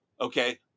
Okay